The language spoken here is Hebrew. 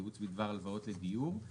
ייעוץ בדבר הלוואות לדיור,